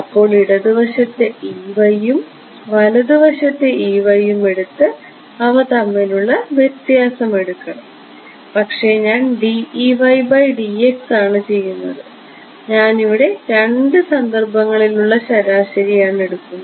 അപ്പോൾ ഇടതുവശത്തെ യും വലതുവശത്തെ യും എടുത്ത് അവ തമ്മിലുള്ള വ്യത്യാസം എടുക്കണം പക്ഷേ ഞാൻ ആണ് ചെയ്യുന്നത് ഞാനിവിടെ രണ്ട് സന്ദർഭങ്ങളിൽ ഉള്ള ശരാശരിയാണ് എടുക്കുന്നത്